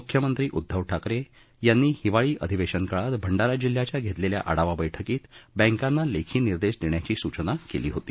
मुख्यमंत्री उद्धव ठाकरे यांनी हिवाळी अधिवेशन काळात भंडारा जिल्ह्याच्या घेतलेल्या आढावा बैठकीत बँकांना लेखी निर्देश देण्याची सूचना केली होती